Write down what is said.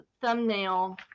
thumbnail